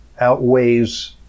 outweighs